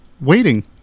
waiting